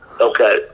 okay